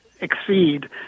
exceed